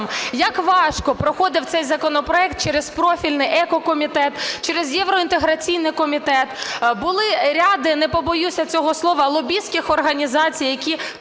як важко проходив цей законопроект через профільний еко-комітет, через євроінтеграційний комітет, були ряд, не побоюся цього слова, лобістських організацій, які,